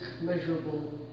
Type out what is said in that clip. measurable